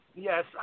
Yes